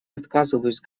отказываюсь